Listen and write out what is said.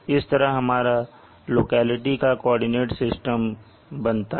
इस तरह हमारा लोकेलिटी का कॉर्डिनेट सिस्टम बनता है